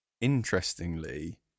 interestingly